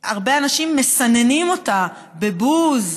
הרבה אנשים מסננים אותה בבוז,